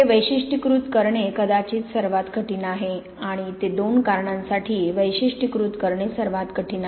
हे वैशिष्ट्यीकृत करणे कदाचित सर्वात कठीण आहे आणि ते दोन कारणांसाठी वैशिष्ट्यीकृत करणे सर्वात कठीण आहे